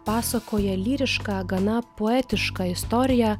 pasakoja lyrišką gana poetišką istoriją